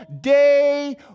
day